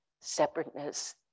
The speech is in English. separateness